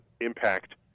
impact